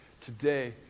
Today